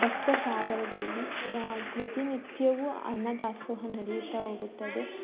ಭಕ್ತ ಸಾಗರದಲ್ಲಿ ಪ್ರತಿನಿತ್ಯವೂ ಅನ್ನದಾಸೋಹ ನಡೆಯುತ್ತಾ ಹೋಗುತ್ತದೆ